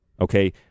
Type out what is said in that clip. okay